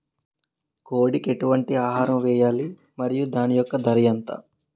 కోడి కి ఎటువంటి ఆహారం వేయాలి? మరియు దాని యెక్క ధర ఎంత?